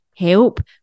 help